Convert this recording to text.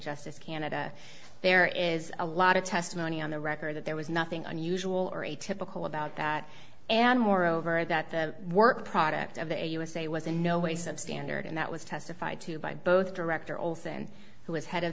justice canada there is a lot of testimony on the record that there was nothing unusual or a typical about that and moreover that the work product of the usa was in no way substandard and that was testified to by both director olsen who was head of